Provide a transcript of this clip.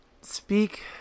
speak